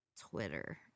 Twitter